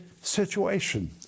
situation